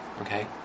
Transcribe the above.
okay